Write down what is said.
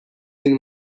این